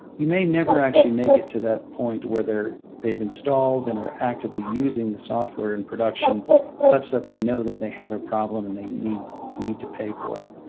you may never actually make it to that point where they've installed and are actively using the software in production such that they know that they have a problem and they need need to pay for it.